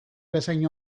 bezain